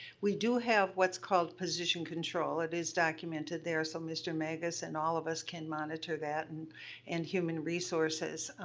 we do have what's called position control. it is documented there, so mr. magus and all of us can monitor that and and human resources.